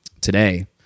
today